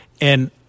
And-